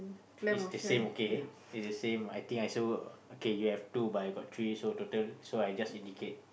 is the same okay is the same I think I also okay you have two but I got three so total so I just indicate